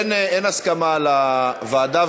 אין הסכמה על הוועדה,